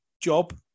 job